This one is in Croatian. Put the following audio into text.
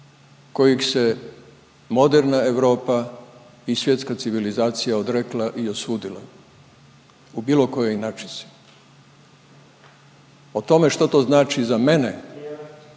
kojeg se moderna Europa i svjetska civilizacija odrekla i osudila u bilo kojoj inačici. O tome što to znači za mene